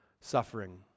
suffering